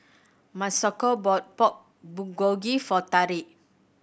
Masako bought Pork Bulgogi for Tarik